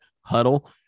huddle